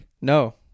no